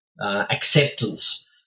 acceptance